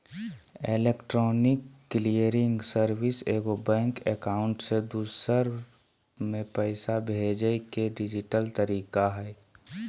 electronic clearing service एगो bank account से दूसर में पैसा भेजय के डिजिटल तरीका हइ